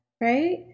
right